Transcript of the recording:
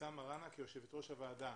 אבתיסאם מרעאנה כיו"ר הוועדה"